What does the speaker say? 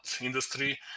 industry